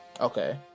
okay